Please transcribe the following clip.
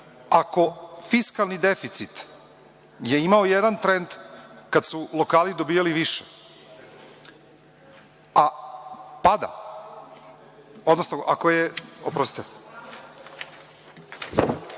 ako fiskalni deficit je imao jedan trend kada su lokali dobijali više, a tada, oprostite.